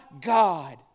God